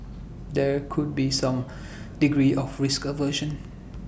there could be some degree of risk aversion